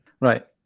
Right